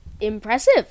impressive